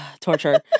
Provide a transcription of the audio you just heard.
torture